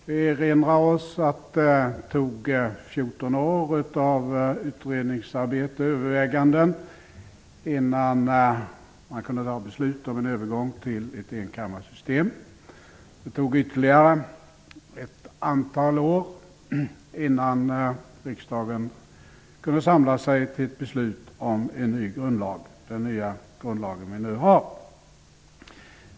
Vi erinrar oss att det tog 14 år av utredningsarbete och överväganden innan man kunde fatta beslut om övergång till ett enkammarsystem. Det tog ytterligare ett antal år innan riksdagen kunde samla sig till ett beslut om en ny grundlag, dvs. den grundlag som vi nu har.